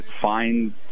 find